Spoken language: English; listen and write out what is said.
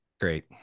Great